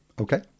Okay